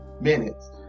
minutes